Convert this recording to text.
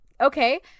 okay